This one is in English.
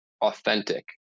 authentic